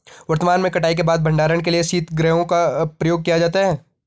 वर्तमान में कटाई के बाद भंडारण के लिए शीतगृहों का प्रयोग किया जाता है